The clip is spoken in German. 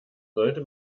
sollte